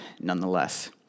nonetheless